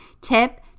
tip